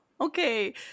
Okay